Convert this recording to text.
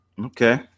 Okay